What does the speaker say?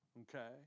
Okay